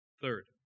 Third